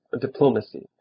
diplomacy